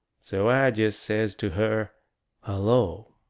so i jest says to her hullo!